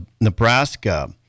Nebraska